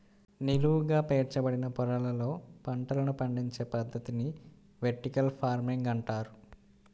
నిలువుగా పేర్చబడిన పొరలలో పంటలను పండించే పద్ధతిని వెర్టికల్ ఫార్మింగ్ అంటారు